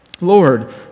Lord